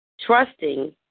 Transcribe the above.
trusting